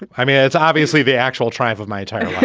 i mean, it's obviously the actual trial of my time.